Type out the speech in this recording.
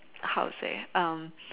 how to say um